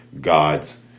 God's